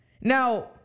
Now